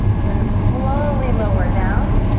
and then slowly lower down.